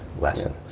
lesson